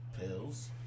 pills